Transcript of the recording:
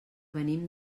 venim